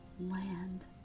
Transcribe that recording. land